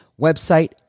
website